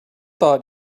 thought